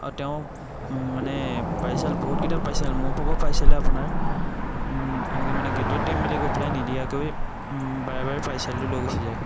আৰু তেওঁ মানে পাৰ্চেল বহুতকেইটা পাৰ্চেল মোৰ ভাগৰ পাৰ্চেলে আপোনাৰ এনেকৈ মানে গেটত দিম বুলি কৈ পেলাই নিদিয়াকৈ বাৰে বাৰে পাৰ্চেলটো লৈ গুচি যায়